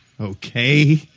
okay